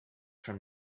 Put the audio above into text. from